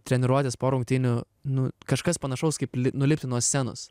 treniruotės po rungtynių nu kažkas panašaus kaip nulipti nuo scenos